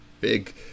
big